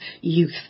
youth